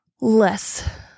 less